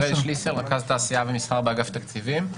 אני רכז תעשייה ומסחר באגף התקציבים.